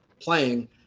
playing